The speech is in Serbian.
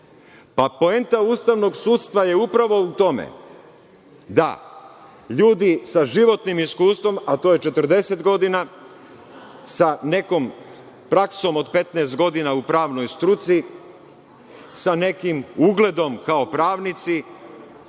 Pa, poenta Ustavnog suda je upravo u tome, da ljudi sa životnim iskustvom, a to je 40 godina, sa nekom praksom od 15 godina u pravnoj struci, sa nekim ugledom kao pravnici,